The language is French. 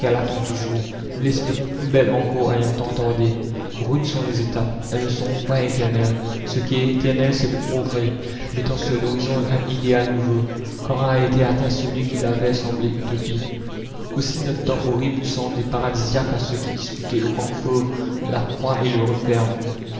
toujours nous l'espérons plus belle encore ayant tant tardé rudes sont les étapes elles ne seront point éternelles ce qui est éternel c'est le progrès mettant sur l'horizon un idéal nouveau quand a été atteint celui qui la veille semblait utopie aussi notre temps horrible eût semblé paradisiaque à ceux qui disputaient aux grands fauves la proie et le